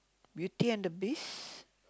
Beauty and the Beast